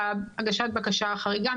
הגשת בקשה חריגה לחל"ת.